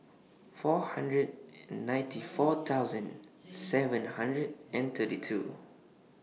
four hundred ninety four thousand seven hundred and thirty two